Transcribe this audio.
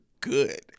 good